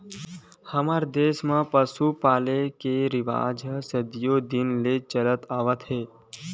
हमर देस म पसु पाले के रिवाज सदियो दिन ले चलत आवत हे